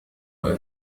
أنه